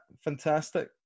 Fantastic